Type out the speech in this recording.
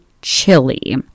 chili